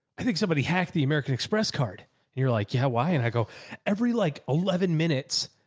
i think somebody hacked the american express card and you're like, yeah, why? and i go every like eleven minutes.